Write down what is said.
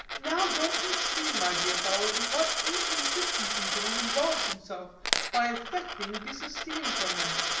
now don't you see, my dear fellow, in what inconsistencies one involves himself by affecting disesteem for men.